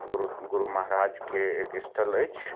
गुरु गुरु महराजके एक स्थल अछि